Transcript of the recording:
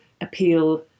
appeal